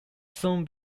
soon